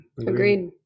agreed